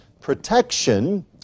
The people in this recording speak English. protection